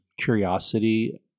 curiosity